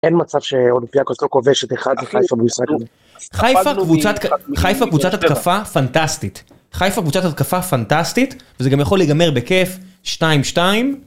אין מצב שאולימפיאקוס לא כובדת את אחד זה חיפה בויסרקל חיפה קבוצת התקפה פנטסטית חיפה קבוצת התקפה פנטסטית וזה גם יכול להיגמר בכיף שתיים שתיים